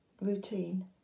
routine